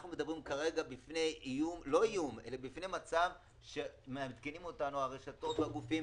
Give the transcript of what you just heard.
אנחנו עומדים כרגע בפני מצב שמעדכנים אותנו הרשתות והגופים,